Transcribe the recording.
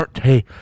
hey